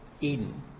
Eden